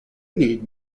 need